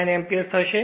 9o ampere થશે